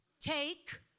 take